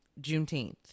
Juneteenth